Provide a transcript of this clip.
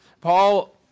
Paul